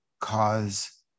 cause